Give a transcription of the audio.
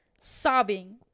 sobbing